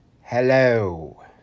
hello